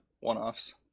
one-offs